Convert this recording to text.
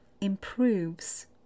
improves